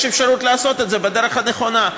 יש אפשרות לעשות את זה בדרך הנכונה.